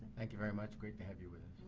thank you very much. great to have you with